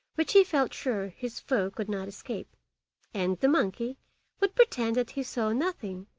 which he felt sure his foe could not escape and the monkey would pretend that he saw nothing,